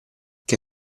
che